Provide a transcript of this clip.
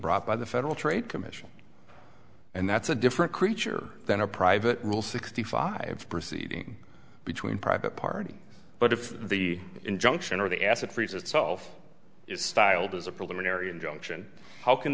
brought by the federal trade commission and that's a different creature than a private rule sixty five proceeding between private party but if the injunction or the asset freeze itself is styled as a preliminary injunction how can